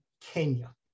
Kenya